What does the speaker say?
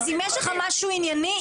אז אם יש לך משהו ענייני,